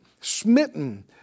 smitten